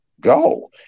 go